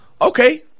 Okay